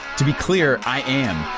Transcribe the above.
to be clear, i am,